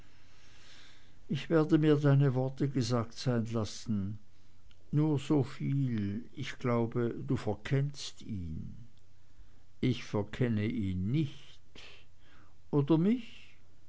ich werde mir deine worte gesagt sein lassen nur soviel ich glaube du verkennst ihn ich verkenne ihn nicht oder mich